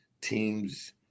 teams